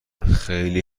خیلی